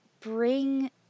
bring